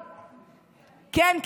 כן,